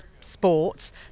sports